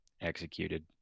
executed